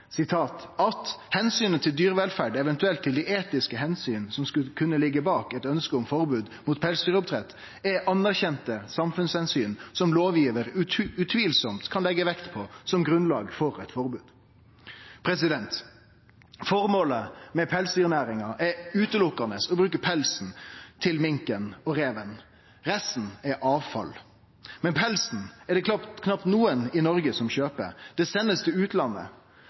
at «hensynet til dyrevelferd, eventuelt til de etiske hensyn som kunne ligge bak et ønske om forbud mot pelsdyropprett, er anerkjente samfunnshensyn som lovgiver utvilsomt kan legge vekt på som grunnlag for et forbud». Formålet med pelsdyrnæringa er utelukkande å bruke pelsen til minken og reven. Resten er avfall. Men pelsen er det knapt nokon i Noreg som kjøper. Han blir send til utlandet.